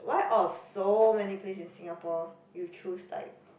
why out of so many place in Singapore you choose like